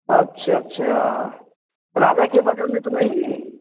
अच्छा अच्छा राजा के बगल मे तो नहीं